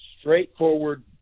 straightforward